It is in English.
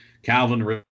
Calvin